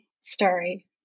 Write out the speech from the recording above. story